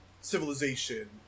Civilization